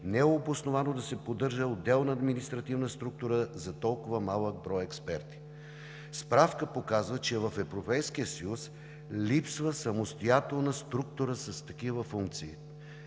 не е обосновано да се поддържа отделна административна структура за толкова малък брой експерти. Справка показа, че в Европейския съюз липсва самостоятелна структура с такива функции.